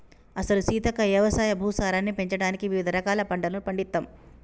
అసలు సీతక్క యవసాయ భూసారాన్ని పెంచడానికి వివిధ రకాల పంటలను పండిత్తమ్